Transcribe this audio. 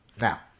Now